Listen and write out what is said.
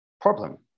problem